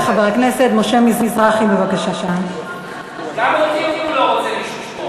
אני מודה שהצלחת לסתום את הפה למי שאתה לא רוצה לשמוע.